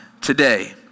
today